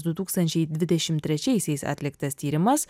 du tūkstančiai dvidešimt trečiaisiais atliktas tyrimas